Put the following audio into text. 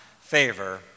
favor